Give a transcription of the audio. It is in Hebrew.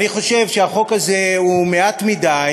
אני חושב שהחוק הזה הוא מעט מדי.